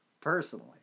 Personally